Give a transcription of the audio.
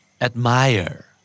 Admire